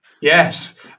Yes